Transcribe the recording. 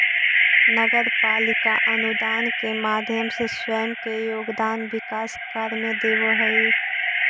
नगर पालिका अनुदान के माध्यम से स्वयं के योगदान विकास कार्य में देवऽ हई